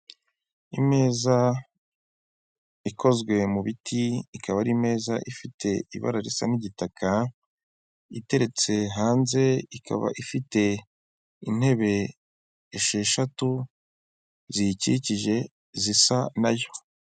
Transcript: Imeza ikozwe mu ibiti ikaba ari imeza ifite ibara risa nk'igitaka iteretse hanze ikaba ifite intebe esheshatu ziyikikije zisa nayo.